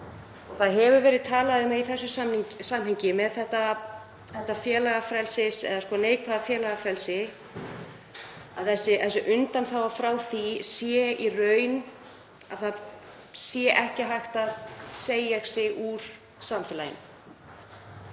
Það hefur verið talað um það í samhengi við þetta neikvæða félagafrelsi að þessi undanþága frá því sé í raun að það sé ekki hægt að segja sig úr samfélaginu.